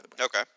Okay